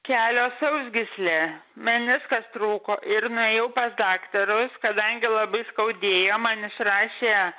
kelio sausgyslė meniskas trūko ir nuėjau pas daktarus kadangi labai skaudėjo man išrašė